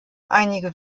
einige